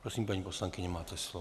Prosím, paní poslankyně, máte slovo.